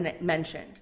mentioned